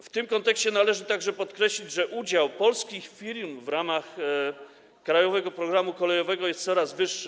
W tym kontekście należy także podkreślić, że udział polskich firm w ramach „Krajowego programu kolejowego” jest coraz wyższy.